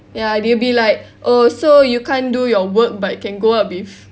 ya they'll be like oh so you can't do your work but can go out with